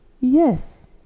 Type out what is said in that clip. yes